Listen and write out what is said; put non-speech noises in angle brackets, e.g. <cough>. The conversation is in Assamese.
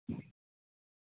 <unintelligible>